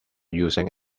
using